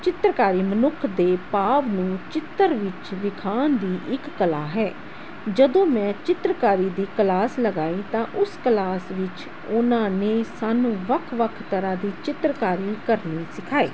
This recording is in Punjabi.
ਚਿੱਤਰਕਾਰੀ ਮਨੁੱਖ ਦੇ ਭਾਵ ਨੂੰ ਚਿੱਤਰ ਵਿੱਚ ਵਿਖਾਉਣ ਦੀ ਇੱਕ ਕਲਾ ਹੈ ਜਦੋਂ ਮੈਂ ਚਿੱਤਰਕਾਰੀ ਦੀ ਕਲਾਸ ਲਗਾਈ ਤਾਂ ਉਸ ਕਲਾਸ ਵਿੱਚ ਉਹਨਾਂ ਨੇ ਸਾਨੂੰ ਵੱਖ ਵੱਖ ਤਰ੍ਹਾਂ ਦੀ ਚਿੱਤਰਕਾਰੀ ਕਰਨੀ ਸਿਖਾਈ